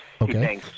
Okay